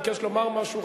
ביקש לומר משהו,